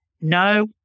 no